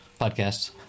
podcasts